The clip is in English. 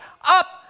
up